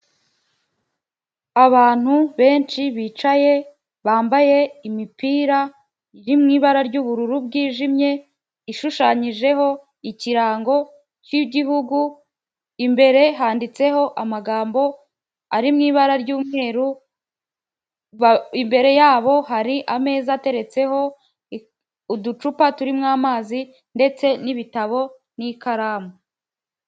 Abantu benshi bicaye bambaye imipira iri m'ibara ry'ubururu bwijimye ishushanyijeho ikirango cy'igihugu imbere handitseho amagambo ari m'ibara ry'umweru imbere yabo hari ameza ateretseho uducupa turimo amazi ndetse n'ibitabo n'ikaramu.